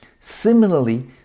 Similarly